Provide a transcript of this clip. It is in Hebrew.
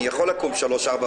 אפשר הצעה לסדר, אדוני היושב-ראש?